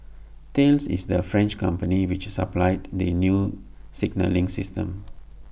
Thales is the French company which supplied the new signalling system